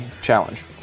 challenge